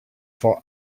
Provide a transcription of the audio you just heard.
for